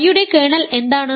ഫൈയുടെ കേർണൽ എന്താണ്